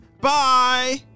Bye